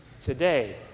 today